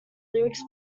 lyrics